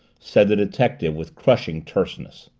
said the detective with crushing terseness.